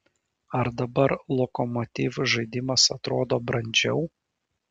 ar dabar lokomotiv žaidimas atrodo brandžiau